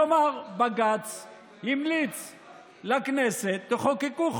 כלומר, בג"ץ המליץ לכנסת: תחוקקו חוק.